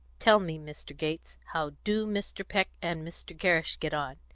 tell me, mr. gates, how do mr. peck and mr. gerrish get on?